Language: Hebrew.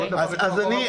כל דבר יש מאחוריו רציונל.